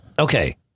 Okay